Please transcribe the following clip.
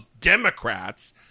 Democrats